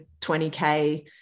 20k